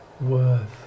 worth